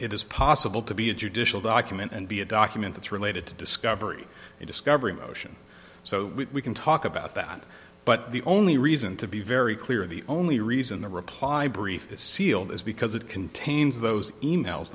it is possible to be a judicial document and be a document that's related to discovery and discovery motion so we can talk about that but the only reason to be very clear the only reason the reply brief is sealed is because it contains those emails